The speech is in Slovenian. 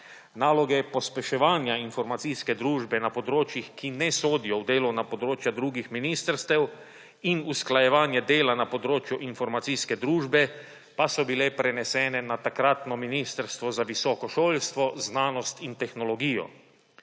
Naloge pospeševanja informacijske družbe na področjih, ki ne sodijo v delovna področja drugih ministrstev in usklajevanje dela na področju informacijske družbe pa so bile prenesene na takratno Ministrstvo za visoko šolstvo, znanost in tehnologijo.